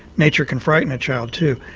nature can frighten a child, too,